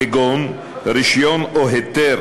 כגון רישיון או היתר,